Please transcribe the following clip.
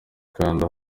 kanda